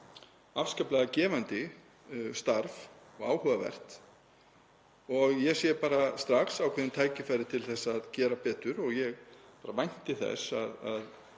afskaplega gefandi starf og áhugavert. Ég sé bara strax ákveðin tækifæri til að gera betur og ég vænti þess að